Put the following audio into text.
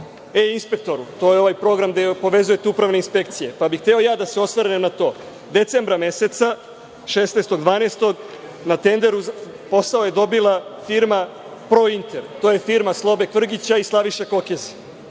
e-inspektoru. To je ovaj program gde povezujete upravne inspekcije. Hteo bih da se osvrnem na to. Decembra meseca, 16.12, na tenderu posao je dobila firma „Prointer“. To je firma Slobe Kvrgića i Slaviše Kokeze.